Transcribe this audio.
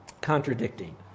Contradicting